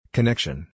Connection